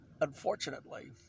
Unfortunately